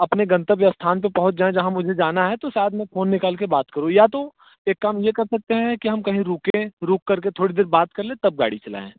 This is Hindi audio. अपने गंतव्य स्थान पर पहुँच जाएँ जहाँ मुझे जाना है तो बाद में फ़ोन निकाल कर बात करो या तो एक काम यह कर सकते हैं कि हम कही रुकें रुक करके थोड़ी देर बात कर लें तब गाड़ी चलाएँ